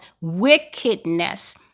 wickedness